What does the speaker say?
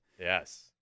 Yes